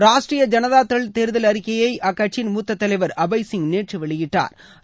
ராஷ்டிரிய ஜனதாதள் தேர்தல் அறிக்கையை அக்கட்சியின் மூத்த தலைவர் அபை சிங் நேற்று வெளியிட்டா்